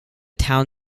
town